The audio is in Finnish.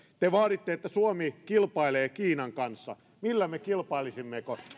te vaaditte että suomi kilpailee kiinan kanssa millä me kilpailisimme